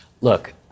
Look